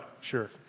sure